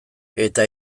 eta